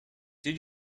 did